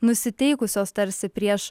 nusiteikusios tarsi prieš